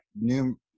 new